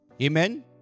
Amen